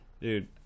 dude